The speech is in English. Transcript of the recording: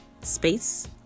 Space